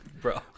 bro